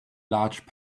large